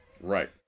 Right